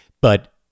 But-